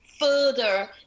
further